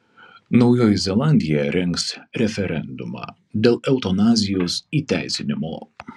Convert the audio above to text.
naujoji zelandija rengs referendumą dėl eutanazijos įteisinimo